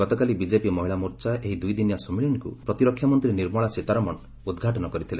ଗତକାଲି ବିଜେପି ମହିଳା ମୋର୍ଚ୍ଚା ଏହି ଦୁଇଦିନିଆ ସମ୍ମିଳନୀକୁ ପ୍ରତିରକ୍ଷାମନ୍ତ୍ରୀ ନିର୍ମଳା ସୀତାରମଣ ଉଦ୍ଘାଟନ କରିଥିଲେ